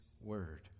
word